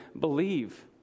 believe